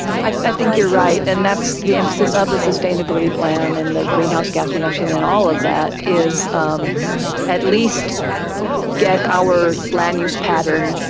i think you're right. and that's the emphasis of the sustainability plan and the greenhouse gas reduction. and all of that is at least get our land use pattern,